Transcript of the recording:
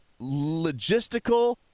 logistical